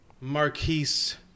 Marquise